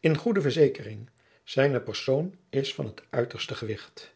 in goede verzekering zijne persoon is van het uiterste gewicht